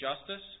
justice